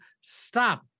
stop